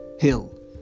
hill